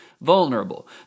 vulnerable